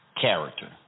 character